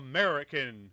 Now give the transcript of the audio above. American